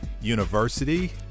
University